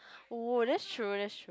oh that's true that's true